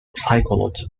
psychology